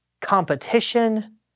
competition